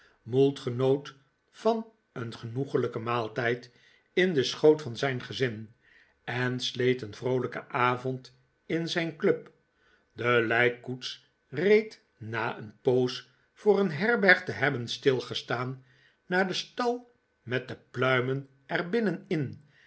mould genoot van een genoeglijken maaltijd in den schoot van zijn gezin en sleet een vroolijken avond in zijn club de lijkkoets reed na een poos voor een herberg te hebben stilgestaan naar den stal met de pluimen er binnenin en